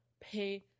pay